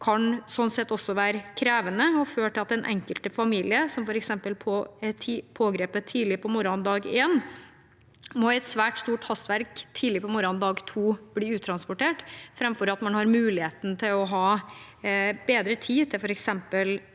kan sånn sett være krevende. Det kan føre til at den enkelte familie som f.eks. er pågrepet tidlig på morgenen dag én, må i et svært stort hastverk tidlig på morgenen dag to bli uttransportert, framfor at man har muligheten til å ha bedre tid til f.eks.